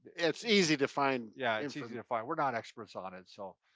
it's easy to find. yeah, it's easy to find. we're not experts on it, so.